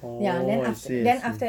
oh I see I see